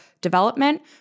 development